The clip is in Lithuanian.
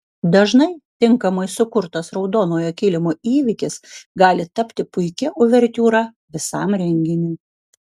dažnai tinkamai sukurtas raudonojo kilimo įvykis gali tapti puikia uvertiūra visam renginiui